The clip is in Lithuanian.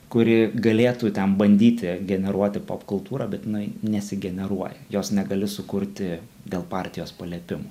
kuri galėtų ten bandyti generuoti popkultūrą bet jinai nesigeneruoja jos negali sukurti dėl partijos paliepimų